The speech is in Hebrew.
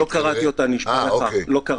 לא קראתי אותו.